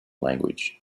language